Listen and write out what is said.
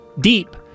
deep